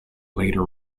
later